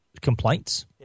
complaints